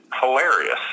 hilarious